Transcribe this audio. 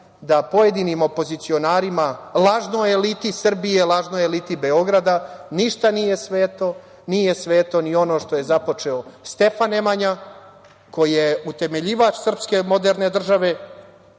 da pojedinim opozicionarima lažnoj eliti Srbije, lažnoj eliti Beograda ništa nije sveto, nije sveto ni ono što je započeo Stefan Nemanja koji je utemeljivač srpske moderne države,